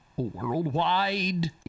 worldwide